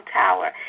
tower